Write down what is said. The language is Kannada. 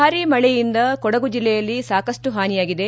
ಭಾರೀ ಮಳೆಯಿಂದ ಕೊಡಗು ಜಿಲ್ಲೆಯಲ್ಲಿ ಸಾಕಷ್ಟು ಹಾನಿಯಾಗಿದೆ